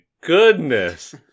goodness